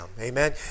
Amen